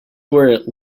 were